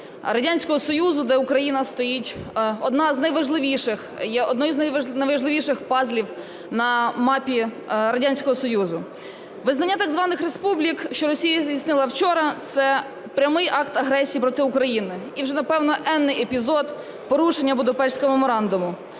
Радянського Союзу, де Україна стоїть однією з найважливіших пазлів на мапі Радянського Союзу. Визнання так званих республік, що Росія здійснила вчора, – це прямий акт агресії проти України. І вже, напевно, енний епізод порушення Будапештського меморандуму.